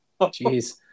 Jeez